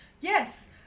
yes